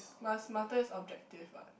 must is objective what